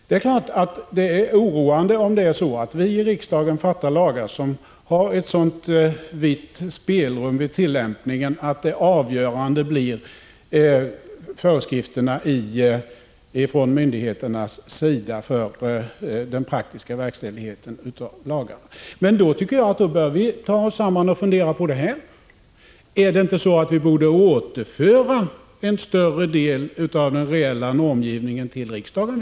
Det är naturligtvis oroande om vi i riksdagen stiftar lagar som har ett så vitt spelrum vid tillämpningen att det avgörande blir föreskrifterna från myndigheternas sida för den praktiska verkställigheten av lagarna. Då bör vi ta oss samman och fundera på det hela. Är det inte så att vi borde återföra en större del av den reella normgivningen till riksdagen?